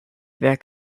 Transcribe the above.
wer